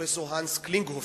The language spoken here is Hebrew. פרופסור הנס קלינגהופר,